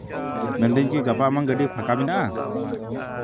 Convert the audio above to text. ᱢᱮᱱᱫᱟᱹᱧ ᱠᱤ ᱜᱟᱯᱟ ᱟᱢᱟᱜ ᱜᱟᱹᱰᱤ ᱯᱷᱟᱠᱟ ᱢᱮᱱᱟᱜᱼᱟ